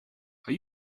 are